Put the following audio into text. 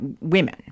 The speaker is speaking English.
women